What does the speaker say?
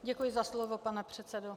Děkuji za slovo, pane předsedo.